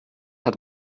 hat